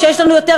שיש לנו יותר,